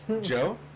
Joe